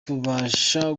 tubasha